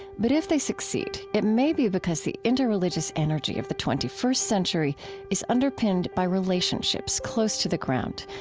but if they succeed, it may be because the interreligious energy of the twenty first century is underpinned by relationships close to the ground,